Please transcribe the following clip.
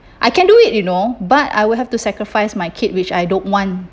I can do it you know but I will have to sacrifice my kid which I don't want